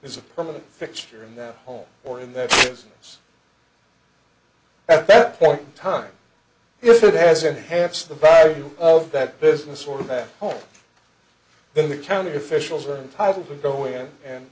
is a permanent fixture in the home or in that house at that point time if it has enhanced the value of that business or that home then the county officials are entitled to go in and